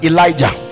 Elijah